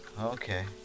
Okay